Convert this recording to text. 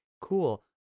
cool